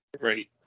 Right